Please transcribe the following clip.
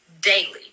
daily